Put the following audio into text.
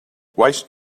waste